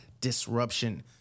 disruption